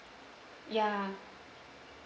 ya